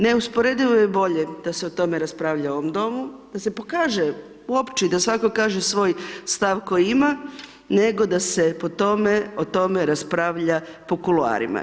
Neusporedivo je bolje da se o tome raspravlja u ovom Domu, da se pokaže uopće, i da svatko kaže svoj stav koji ima, nego da se po tome, o tome raspravlja po kuloarima.